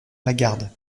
lagarde